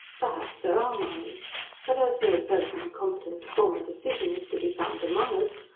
perhaps there are mines but as no person competent to form a decision is to be found among us,